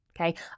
Okay